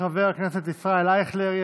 תודה רבה לחבר הכנסת ישראל אייכלר.